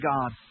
God